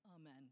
Amen